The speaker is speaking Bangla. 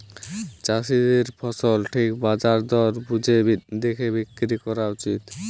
চাষীদের ফসল ঠিক বাজার দর বুঝে দেখে বিক্রি কোরা উচিত